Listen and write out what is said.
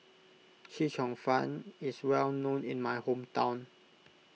Chee Cheong Fun is well known in my hometown